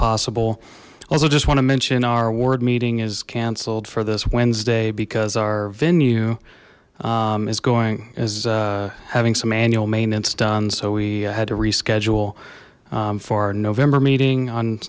possible i also just want to mention our ward meeting is cancelled for this wednesday because our venue is going as having some annual maintenance done so we had to reschedule for our november meeting on